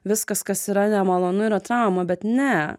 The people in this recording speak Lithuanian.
viskas kas yra nemalonu yra trauma bet ne